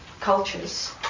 cultures